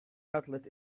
cutlet